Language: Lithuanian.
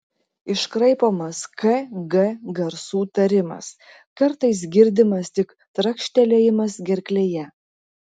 iškraipomas k g garsų tarimas kartais girdimas tik trakštelėjimas gerklėje